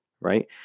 right